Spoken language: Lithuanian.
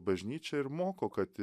bažnyčia ir moko kad